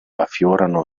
affiorano